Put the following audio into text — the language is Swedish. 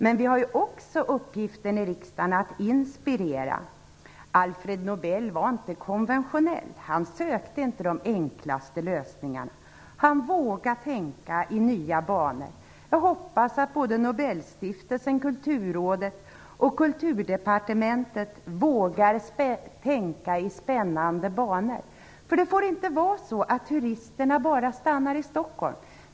Men vi har också uppgiften i riksdagen att inspirera. Alfred Nobel var inte konventionell. Han sökte inte de enklaste lösningarna. Han vågade tänka i nya banor. Jag hoppas att såväl Nobelstiftelsen och Kulturrådet som Kulturdepartementet vågar tänka i spännande banor, för det får inte vara så att turisterna bara stannar i Stockholm.